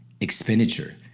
expenditure